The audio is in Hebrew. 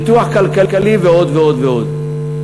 פיתוח כלכלי ועוד ועוד ועוד.